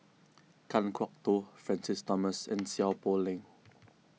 Kan Kwok Toh Francis Thomas and Seow Poh Leng